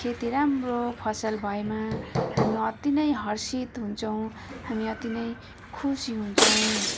खेती राम्रो फलस भएमा हामी अति नै हर्षित हुन्छौँ हामी अति नै खुसी हुन्छौँ